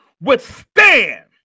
withstand